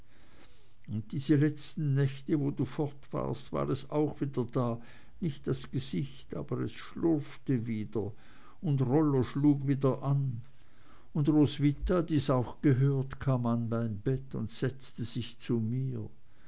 und diese letzten nächte wo du fort warst war es auch wieder da nicht das gesicht aber es schlurrte wieder und rollo schlug wieder an und roswitha die's auch gehört kam an mein bett und setzte sich zu mir